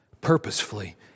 purposefully